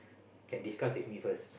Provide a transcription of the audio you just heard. can discuss with me first